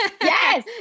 Yes